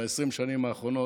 ב-20 השנים האחרונות,